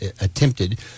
attempted